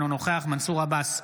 אינו נוכח מנסור עבאס,